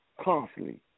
constantly